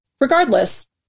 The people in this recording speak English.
Regardless